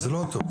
זה לא טוב.